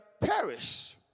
perish